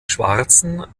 schwarzen